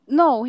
no